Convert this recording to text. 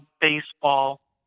baseball